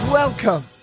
Welcome